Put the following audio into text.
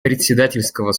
председательского